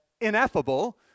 ineffable